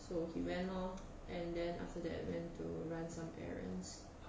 so he went lor and then after that went to run some errands